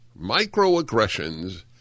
Microaggressions